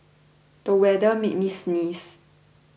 the weather made me sneeze